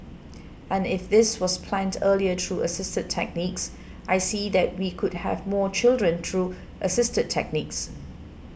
and if this was planned earlier through assisted techniques I see that we could have more children through assisted techniques